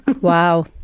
Wow